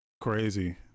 Crazy